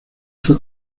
fue